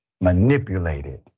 manipulated